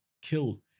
killed